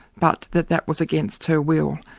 but that that was against her will.